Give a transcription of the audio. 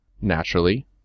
naturally